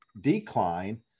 decline